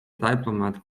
diplomat